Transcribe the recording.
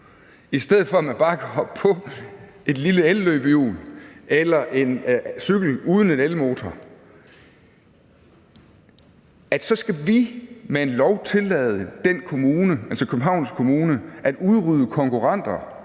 i stedet for at man bare kan hoppe på et lille elløbehjul eller en cykel uden en elmotor. Og så skal vi med en lov tillade den kommune, altså Københavns Kommune, at udrydde konkurrenter,